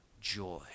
joy